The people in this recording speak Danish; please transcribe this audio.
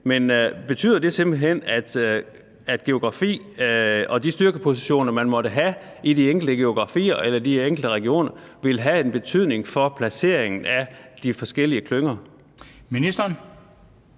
Men betyder det simpelt hen, at geografi og de styrkepositioner, man måtte have i de enkelte regioner, vil have en betydning for placeringen af de forskellige klynger? Kl.